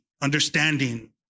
understanding